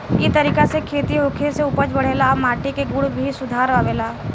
ए तरीका से खेती होखे से उपज बढ़ेला आ माटी के गुण में भी सुधार आवेला